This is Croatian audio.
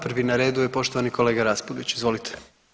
Prvi na redu je poštovani kolega Raspudić, izvolite.